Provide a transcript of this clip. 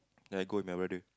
then I go with my brother